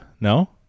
no